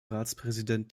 ratspräsident